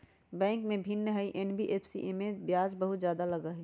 Bank से भिन्न हई एन.बी.एफ.सी इमे ब्याज बहुत ज्यादा लगहई?